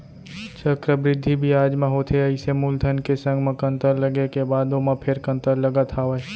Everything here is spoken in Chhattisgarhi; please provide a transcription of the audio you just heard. चक्रबृद्धि बियाज म होथे अइसे मूलधन के संग म कंतर लगे के बाद ओमा फेर कंतर लगत हावय